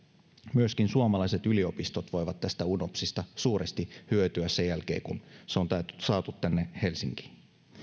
myöskin suomalaiset yliopistot voivat tästä unopsista suuresti hyötyä sen jälkeen kun se on saatu tänne helsinkiin